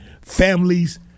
families